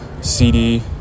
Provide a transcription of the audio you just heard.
CD